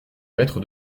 maître